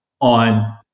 on